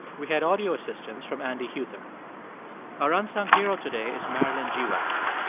we had audio assistance from andy huether our unsung hero today is marilyn geewax.